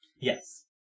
Yes